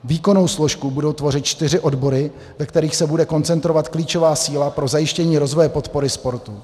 Výkonnou složku budou tvořit čtyři odbory, ve kterých se bude koncentrovat klíčová síla pro zajištění rozvoje podpory sportu.